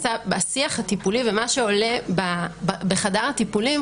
הטיפולי ומה שעולה בחדר הטיפולים,